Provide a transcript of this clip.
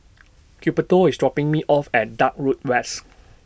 Gilberto IS dropping Me off At Dock Road West